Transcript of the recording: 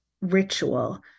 ritual